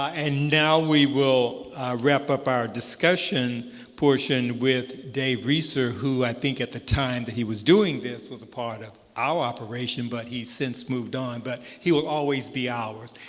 and now we will wrap up our discussion portion with dave reser who i think at the time that he was doing this was a part of our operation. but he's since moved on. but he will always be ours.